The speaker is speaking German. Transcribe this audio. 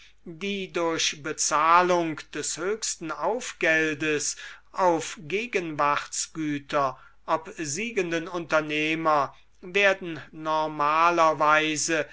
die durch bezahlung des höchsten aufgeldes auf gegenwartsgüter obsiegenden unternehmer werden normalerweise